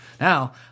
Now